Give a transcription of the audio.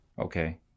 Okay